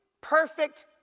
perfect